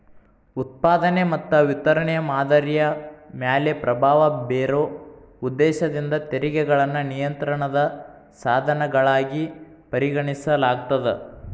ಉತ್ಪಾದನೆ ಮತ್ತ ವಿತರಣೆಯ ಮಾದರಿಯ ಮ್ಯಾಲೆ ಪ್ರಭಾವ ಬೇರೊ ಉದ್ದೇಶದಿಂದ ತೆರಿಗೆಗಳನ್ನ ನಿಯಂತ್ರಣದ ಸಾಧನಗಳಾಗಿ ಪರಿಗಣಿಸಲಾಗ್ತದ